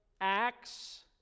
Acts